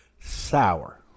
Sour